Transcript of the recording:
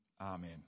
Amen